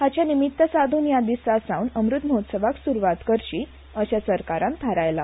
हाचे निमित्त साधून हया दिसा सावन अमृत महोत्सवाक स्रुवात करची अशे सरकारान थारयला